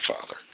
Father